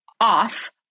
off